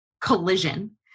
collision